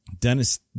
Dennis